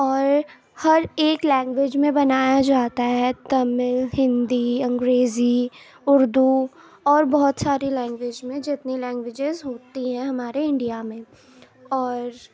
اور ہر ایک لینگویج میں بنایا جاتا ہے تمل ہندی انگریزی اردو اور بہت ساری لینگویج میں جتنی لنگویجز ہوتی ہیں ہمارے اںڈیا میں اور